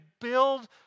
build